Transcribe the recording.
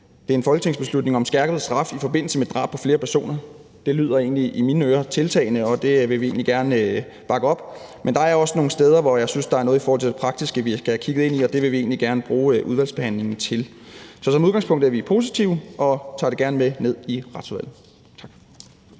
det er en folketingsbeslutning om skærpet straf i forbindelse med drab på flere personer, egentlig i mine ører lyder tiltalende, og det vil vi gerne bakke op. Men der er også nogle steder, hvor jeg synes der er noget i forhold til det praktiske, vi skal have kigget på, og det vil vi egentlig gerne bruge udvalgsbehandlingen til. Så som udgangspunkt er vi positive og tager det gerne med ned i Retsudvalget. Tak.